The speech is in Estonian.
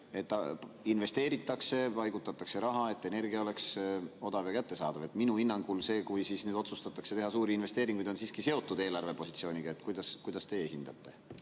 et investeeritakse, paigutatakse raha, et energia oleks odav ja kättesaadav. Minu hinnangul see, kui otsustatakse teha suuri investeeringuid, on siiski seotud eelarvepositsiooniga. Kuidas teie hindate?